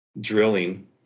drilling